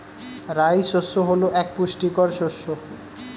রাই শস্য হল এক পুষ্টিকর শস্য